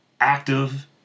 active